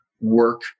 work